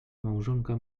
małżonka